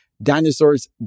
Dinosaurs